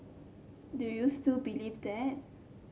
do you still believe that